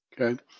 Okay